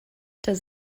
does